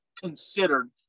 considered